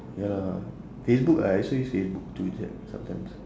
ya lah facebook I also use facebook to check sometimes